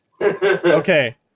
Okay